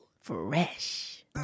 Fresh